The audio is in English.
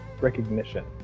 recognition